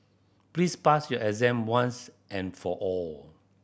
please pass your exam once and for all